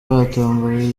batomboye